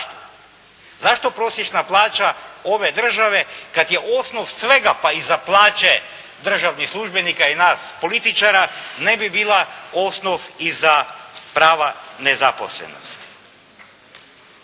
Zašto prosječna plaća ove države kad je osnov svega pa i za plaće državnih službenika i nas političara ne bi bila osnov i za prava nezaposlenosti.